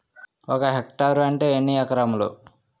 ఒక హెక్టార్ అంటే ఎన్ని ఏకరములు?